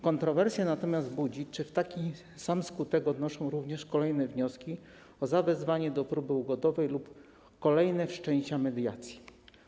Kontrowersję natomiast budzi, czy taki sam skutek odnoszą również kolejne wnioski o zawezwanie do próby ugodowej lub kolejne wszczęcia mediacji.